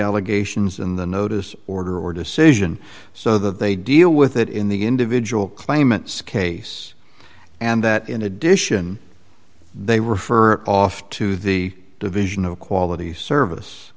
allegations in the notice order or decision so that they deal with it in the individual claimants case and that in addition they refer off to the division of quality service